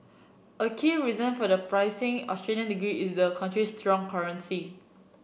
a key reason for the pricier Australian degree is the country's strong currency